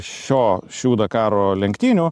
šio šių dakaro lenktynių